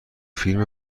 فیلم